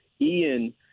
Ian